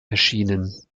erschienen